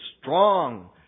strong